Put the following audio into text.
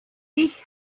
ich